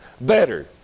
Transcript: better